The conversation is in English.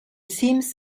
seems